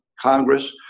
Congress